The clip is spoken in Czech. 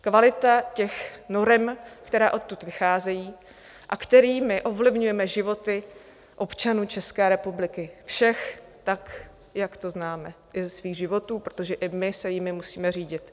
Kvalita těch norem, které odtud vycházejí a kterými ovlivňujeme životy občanů České republiky všech, tak jak to známe i ze svých životů, protože i my se jimi musíme řídit.